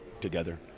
together